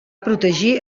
protegir